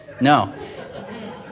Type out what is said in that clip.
No